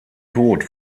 tod